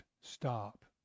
stop